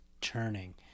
turning